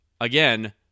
again